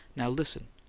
now, listen.